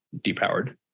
depowered